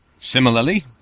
Similarly